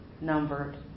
numbered